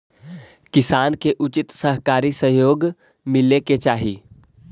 किसान के उचित सहकारी सहयोग मिले के चाहि